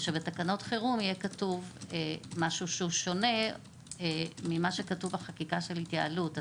ושבתקנות חירום יהיה כתוב משהו שהוא שונה ממה שכתוב בחקיקה של התייעלות.